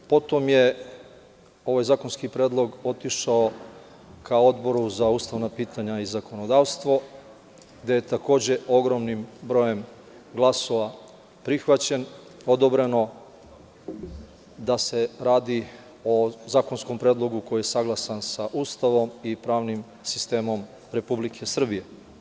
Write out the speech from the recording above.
Potom je ovaj zakonski predlog otišao ka Odboru za ustavna pitanja i zakonodavstvo, gde je takođe ogromnim brojem glasova prihvaćeno, odobreno da se radi o zakonskom predlogu koji je saglasan sa Ustavom i pravnim sistemom Republike Srbije.